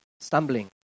stumbling